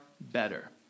better